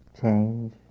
change